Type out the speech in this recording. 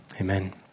amen